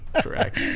Correct